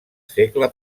segle